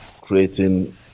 creating